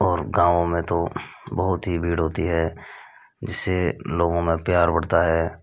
और गाँव में तो बहुत ही भीड़ होती है जिससे लोगों में प्यार बढ़ता है